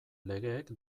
legeek